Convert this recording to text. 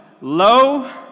low